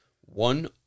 one